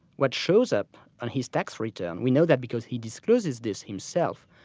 what shows up on his tax return, we know that because he discloses this himself,